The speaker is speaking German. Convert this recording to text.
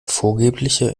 vorgebliche